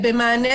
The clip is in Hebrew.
חשוב לי שנדבר